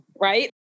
Right